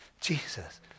Jesus